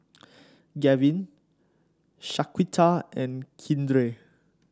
Gavin Shaquita and Keandre